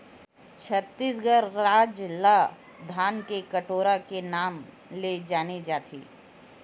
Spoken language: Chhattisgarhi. छत्तीसगढ़ राज ल धान के कटोरा के नांव ले जाने जाथे